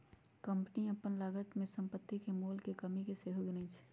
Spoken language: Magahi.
कंपनी अप्पन लागत में सम्पति के मोल में कमि के सेहो गिनै छइ